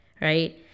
right